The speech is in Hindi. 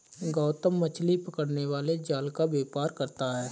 गौतम मछली पकड़ने वाले जाल का व्यापार करता है